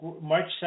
March